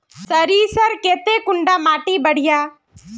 सरीसर केते कुंडा माटी बढ़िया?